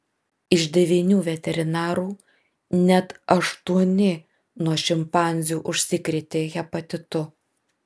iš devynių veterinarų net aštuoni nuo šimpanzių užsikrėtė hepatitu